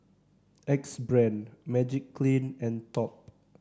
Axe Brand Magiclean and Top